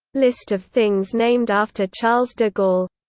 list of things named after charles de gaulle